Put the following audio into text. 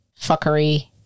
fuckery